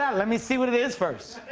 yeah let me see what it is first.